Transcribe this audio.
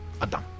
adam